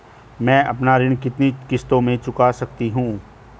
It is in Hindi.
मैं अपना ऋण कितनी किश्तों में चुका सकती हूँ?